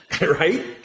right